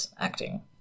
acting